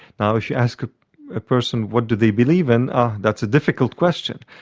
now if you ask ah a person what do they believe in, oh that's a difficult question.